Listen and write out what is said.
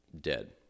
dead